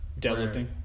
deadlifting